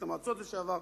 מברית-המועצות לשעבר,